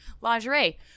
lingerie